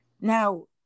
Now